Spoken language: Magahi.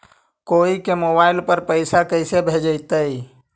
कोई के मोबाईल पर पैसा कैसे भेजइतै?